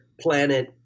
planet